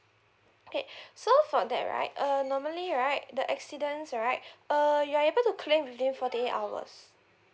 okay so for that right uh normally right the accidents right uh you are able to claim within forty eight hours